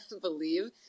believe